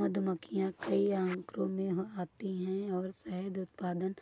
मधुमक्खियां कई आकारों में आती हैं और शहद उत्पादन